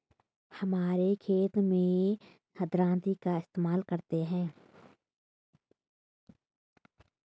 हमारे खेत मैं हम दरांती का इस्तेमाल करते हैं